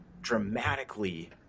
dramatically